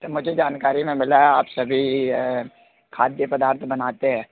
तो मुझे जानकारी में मिला है आप सभी खाद्य पदार्थ बनाते हैं